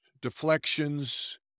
deflections